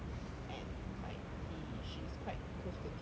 and like he she's quite close to the teachers